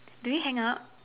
do we hang up